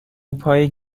پای